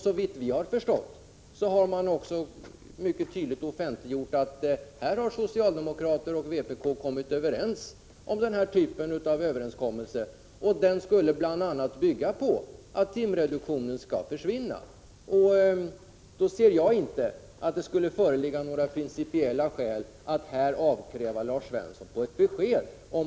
Såvitt vi förstått har man också mycket tydligt offentliggjort att socialdemokraterna och vpk här har kommit överens. Överenskommelsen skulle bl.a. bygga på att timreduktionen skall försvinna. Då kan jag inte se att det skulle föreligga några principiella skäl mot att här avkräva Lars Svensson ett besked.